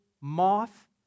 moth